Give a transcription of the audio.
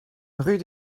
rue